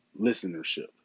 listenership